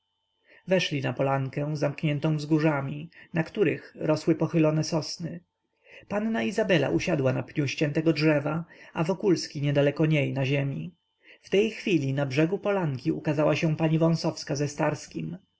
weszli na polankę zamkniętą wzgórzami na których rosły pochylone sosny panna izabela usiadła na pniu ściętego drzewa a wokulski niedaleko niej na ziemi w tej chwili na brzegu polanki ukazała się pani wąsowska ze starskim czy